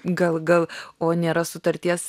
gal gal o nėra sutarties